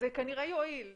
זה כנראה יועיל.